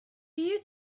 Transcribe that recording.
you